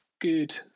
good